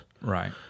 Right